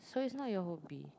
so it's not your hobby